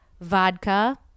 Vodka